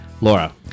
Laura